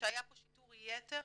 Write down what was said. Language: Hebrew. שהיה פה שיטור יתר,